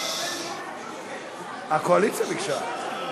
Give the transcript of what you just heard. הקואליציה ביקשה.